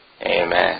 Amen